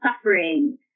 suffering